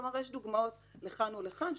כלומר, יש דוגמאות לכאן ולכאן.